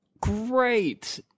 great